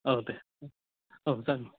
औ दे औ जागोन